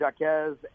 Jaquez